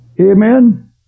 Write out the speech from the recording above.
Amen